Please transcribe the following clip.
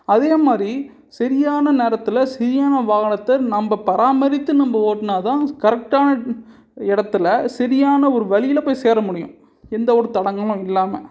அதே மாதிரி சரியான நேரத்தில் சரியான வாகனத்தை நம்ம பராமரித்து நம்ம ஓட்டுனா தான் கரெக்டான இடத்துல சரியான ஒரு வழியில் போய் சேர முடியும் எந்த ஒரு தடங்கலும் இல்லாமல்